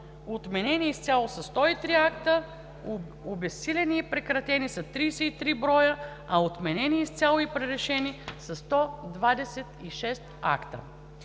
отменени изцяло са 103 акта, обезсилени и прекратени са 33 броя, а отменени изцяло и пререшени са 126 акта.